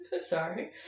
sorry